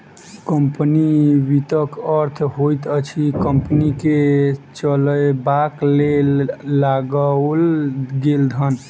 company वित्तक अर्थ होइत अछि कम्पनी के चलयबाक लेल लगाओल गेल धन